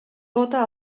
vota